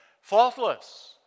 faultless